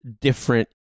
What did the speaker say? different